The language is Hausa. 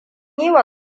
yiwa